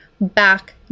back